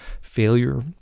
failure